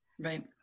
Right